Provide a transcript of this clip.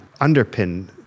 underpin